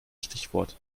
stichwort